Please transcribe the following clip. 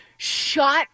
Shot